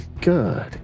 Good